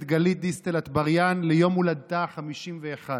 גלית דיסטל אטבריאן ליום הולדתה ה-51.